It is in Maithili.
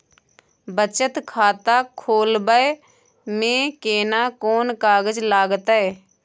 बचत खाता खोलबै में केना कोन कागज लागतै?